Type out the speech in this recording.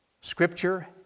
Scripture